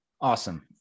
Awesome